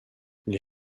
les